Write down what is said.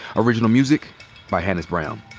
original music by hannis brown.